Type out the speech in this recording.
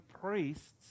priests